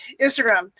Instagram